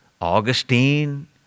Augustine